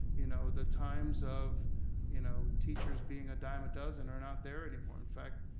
you know the times of you know teachers being a dime a dozen are not there anymore. in fact,